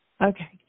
Okay